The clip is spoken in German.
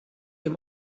dem